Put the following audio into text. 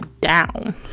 down